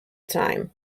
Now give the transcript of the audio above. time